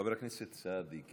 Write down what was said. חבר הכנסת סעדי,